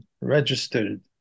registered